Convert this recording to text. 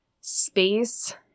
space